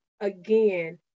again